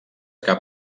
cap